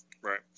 Right